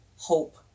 hope